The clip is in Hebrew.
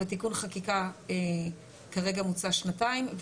בתיקון חקיקה כרגע מוצע שנתיים.